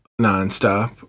nonstop